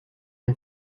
dem